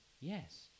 Yes